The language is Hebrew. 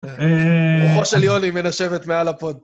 אה.. רוחו של יוני מנשבת מעל הפוד.